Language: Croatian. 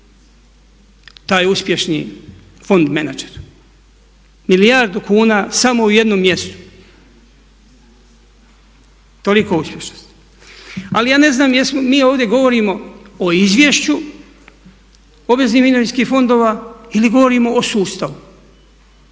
Taj uspješni fond manager. Milijardu kuna samo u jednom mjestu. Toliko o uspješnosti. Ali ja ne znam jesmo, mi ovdje govorimo o izvješću obveznih mirovinskih fondova ili govorimo o sustavu.